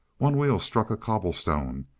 one wheel struck a cobble stone,